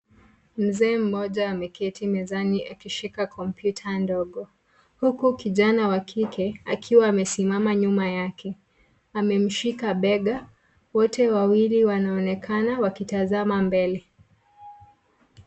Mzee mmoja ameketi mezani akishika kompyuta ndogo, huku kijana wa kike akiwa amesimama nyuma yake amemshika bega wote wawili wanaonekana wakitazama mbele.